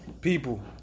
People